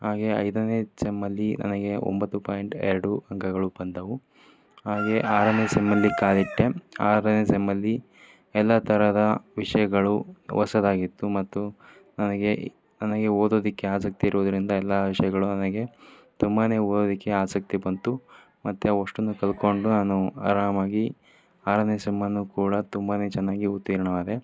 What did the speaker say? ಹಾಗೇ ಐದನೇ ಸೆಮ್ಮಲ್ಲಿ ನನಗೆ ಒಂಬತ್ತು ಪಾಯಿಂಟ್ ಎರಡು ಅಂಕಗಳು ಬಂದವು ಹಾಗೆ ಆರನೇ ಸೆಮ್ಮಲ್ಲಿ ಕಾಲಿಟ್ಟೆ ಆರನೇ ಸೆಮ್ಮಲ್ಲಿ ಎಲ್ಲ ತರಹದ ವಿಷಯಗಳು ಹೊಸದಾಗಿತ್ತು ಮತ್ತು ನನಗೆ ನನಗೆ ಓದೋದಕ್ಕೆ ಆಸಕ್ತಿ ಇರೋದರಿಂದ ಎಲ್ಲ ವಿಷಯಗಳು ನನಗೆ ತುಂಬಾ ಓದೋದಕ್ಕೆ ಆಸಕ್ತಿ ಬಂತು ಮತ್ತು ಅವಷ್ಟನ್ನೂ ಕಲ್ತ್ಕೊಂಡು ನಾನು ಆರಾಮಾಗಿ ಆರನೇ ಸೆಮ್ಮನ್ನು ಕೂಡ ತುಂಬಾ ಚೆನ್ನಾಗಿ ಉತ್ತೀರ್ಣನಾದೆ